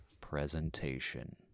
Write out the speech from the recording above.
presentation